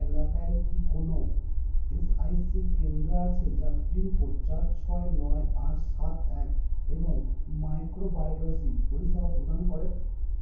এলাকায় কি কোনও এস আই সি কেন্দ্র আছে যার পিনকোড চার ছয় নয় আট সাত এক এবং মাইক্রোবায়োলজি পরিষেবা প্রদান করে